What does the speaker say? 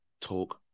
talk